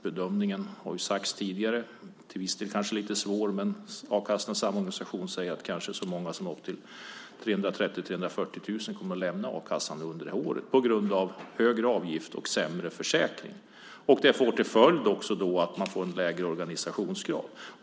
Bedömningen kanske är lite svår, som har sagts tidigare, men a-kassans samorganisation säger att kanske så många som upp till 330 000-340 000 kommer att lämna a-kassan under året på grund av högre avgift och sämre försäkring. Det får också till följd en lägre organisationsgrad.